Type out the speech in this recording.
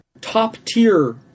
top-tier